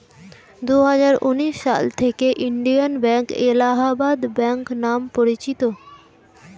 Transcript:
দুহাজার উনিশ সাল থেকে ইন্ডিয়ান ব্যাঙ্ক এলাহাবাদ ব্যাঙ্ক নাম পরিচিত